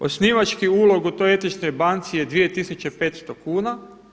Osnivački ulog u toj etičkoj banci je 2500 kuna.